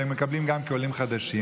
והם מקבלים גם כעולים חדשים,